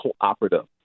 Cooperative